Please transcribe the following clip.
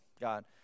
god